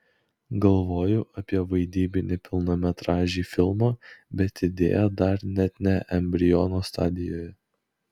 galvoju apie vaidybinį pilnametražį filmą bet idėja dar net ne embriono stadijoje